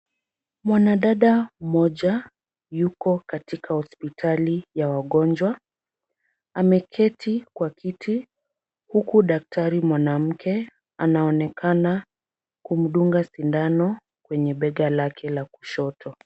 Mwanadada mmoja yuko katika hospitali ya wagonjwa, ameketi kwa kiti huku daktari mwanamke anaonekana kumdunga sindano kwenye bega lake la kushoto.